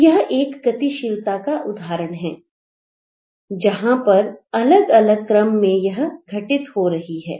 तो यह एक गतिशीलता का उदाहरण है जहां पर यह अलग अलग क्रम में घटित हो रही है